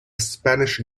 spanish